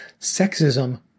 Sexism